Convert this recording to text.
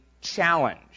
challenge